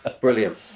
Brilliant